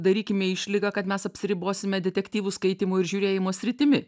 darykime išlygą kad mes apsiribosime detektyvų skaitymo ir žiūrėjimo sritimi